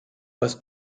was